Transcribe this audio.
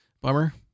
Bummer